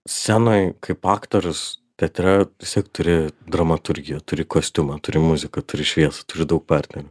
scenoj kaip aktorius teatre vis tiek turi dramaturgiją turi kostiumą turi muziką turi šviesą turi daug partnerių